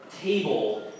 table